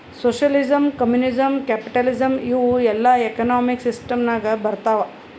socialism, communism, capitalism ಇವೂ ಎಲ್ಲಾ economic system ನಾಗ್ ಬರ್ತಾವ್